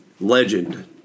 legend